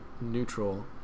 neutral